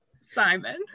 simon